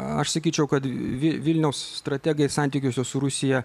aš sakyčiau kad vi vilniaus strategai santykiuose su rusija